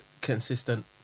consistent